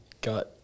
got